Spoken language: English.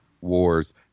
Wars